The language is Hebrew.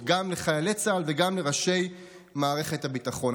גם לחיילי צה"ל וגם לראשי מערכת הביטחון.